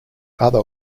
other